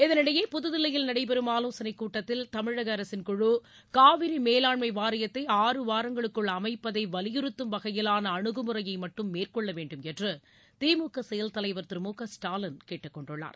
இதனிடையே புதுதில்லியில் நடைபெறும் ஆவோசனை கூட்டத்தில் தமிழக அரசின் குழு காவிரி மேலாண்மை வாரியத்தை ஆறு வாரங்களுக்குள் அமைப்பதை வலியுறுத்தும் வகையிலான அனுகுமுறையை மட்டும் மேற்கொள்ள வேண்டும் என்று திமுக செயல் தலைவர் திரு மு க ஸ்டாலின் கேட்டுக்கொண்டுள்ளார்